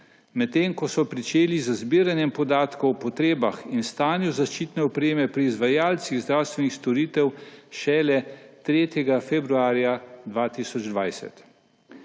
medtem ko so pričeli z zbiranjem podatkov o potrebah in stanju zaščitne opreme pri izvajalcih zdravstvenih storitev šele 3. februarja 2020.